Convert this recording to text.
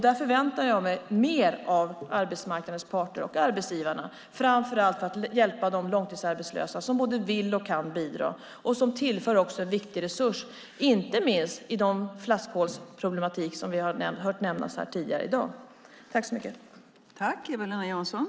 Där förväntar jag mig mer av arbetsmarknadens parter och arbetsgivarna, framför allt när det gäller att hjälpa de långtidsarbetslösa som både vill och kan bidra och som inte minst också tillför en viktig resurs i den flaskhalsproblematik vi hört nämnas tidigare här i dag.